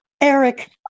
Eric